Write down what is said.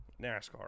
NASCAR